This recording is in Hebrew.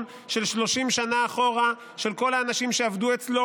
של 30 שנה אחורה של כל האנשים שעבדו אצלו,